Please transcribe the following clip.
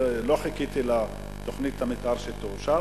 לא חיכיתי לתוכנית המיתאר שתאושר,